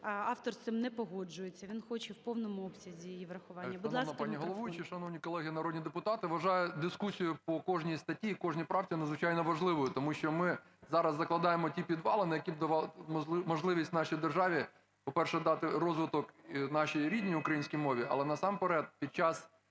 Автор з цим не погоджується, він хоче в повному обсязі її врахування. Будь ласка, мікрофон.